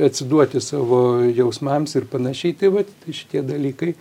atsiduoti savo jausmams ir panašiai tai vat tai šitie dalykai